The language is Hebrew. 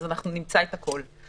אז נמצא את הכול.